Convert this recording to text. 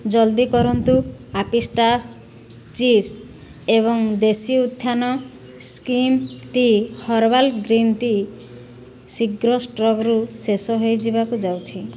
ଜଲ୍ଦି କରନ୍ତୁ ଆପ୍ପିଟାସ୍ ଚିପ୍ସ୍ ଏବଂ ଦେଶୀ ଉତ୍ଥାନ slim tea herbal green tea ଶୀଘ୍ର ଷ୍ଟକ୍ରୁ ଶେଷ ହୋଇଯିବାକୁ ଯାଉଛି